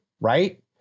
right